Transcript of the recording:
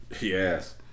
Yes